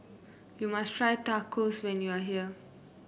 you must try Tacos when you are here